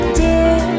dear